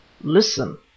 Listen